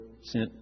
sent